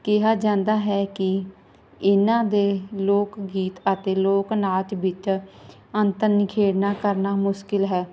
ਕਿਹਾ ਜਾਂਦਾ ਹੈ ਕਿ ਇਹਨਾਂ ਦੇ ਲੋਕ ਗੀਤ ਅਤੇ ਲੋਕ ਨਾਚ ਵਿੱਚ ਅੰਤਰ ਨਿਖੇੜਨਾ ਕਰਨਾ ਮੁਸ਼ਕਲ ਹੈ